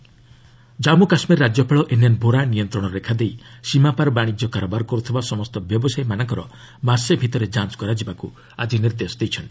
JK traders verification Jammu Kashmir ରାଜ୍ୟପାଳ NN Vohra ନିୟନ୍ତ୍ରଣ ରେଖାଦେଇ ସୀମାପାର ବାଶିଜ୍ୟ କାରବାର କରୁଥିବା ସମସ୍ତ ବ୍ୟବସାୟୀମାନଙ୍କର ମାସେ ଭିତରେ ଯାଞ୍ଚ କରାଯିବାକୁ ଆଜି ନିର୍ଦ୍ଦେଶ ଦେଇଛନ୍ତି